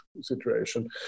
situation